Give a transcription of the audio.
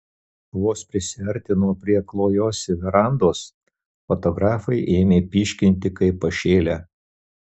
vos prisiartino prie klojosi verandos fotografai ėmė pyškinti kaip pašėlę